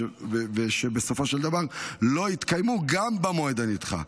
כשבסופו של דבר לא התקיימו גם במועד הנדחה.